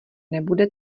nebude